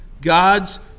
God's